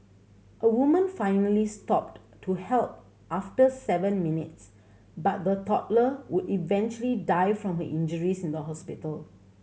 a woman finally stopped to help after seven minutes but the toddler would eventually die from her injuries in the hospital